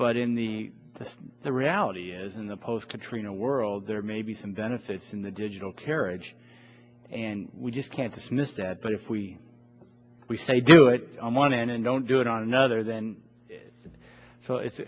but in the the reality is in the post katrina world there may be some benefits in the digital carriage and we just can't dismiss that but if we we say do it on one end and don't do it on another then so it's